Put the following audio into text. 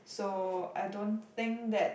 so I don't think that